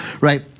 right